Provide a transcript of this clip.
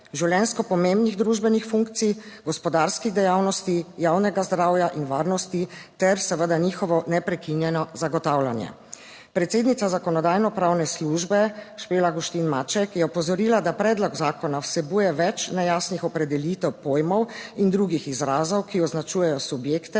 življenjsko pomembnih družbenih funkcij, gospodarskih dejavnosti, javnega zdravja in varnosti ter seveda njihovo neprekinjeno zagotavljanje. Predsednica Zakonodajno-pravne službe, Špela Guštin Maček, je opozorila, da predlog zakona vsebuje več nejasnih opredelitev pojmov in drugih izrazov, ki označujejo subjekte,